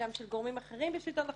גם של גורמים אחרים בשלטון החוק,